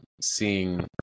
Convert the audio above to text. seeing